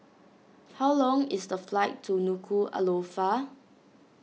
how long is the flight to Nuku'alofa